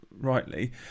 rightly